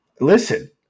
Listen